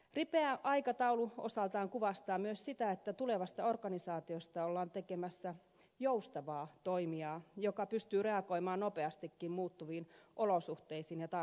ripeä aikataulu osaltaan kuvastaa myös sitä että tulevasta organisaatiosta ollaan tekemässä joustavaa toimijaa joka pystyy reagoimaan nopeastikin muuttuviin olosuhteisiin ja tarpeisiin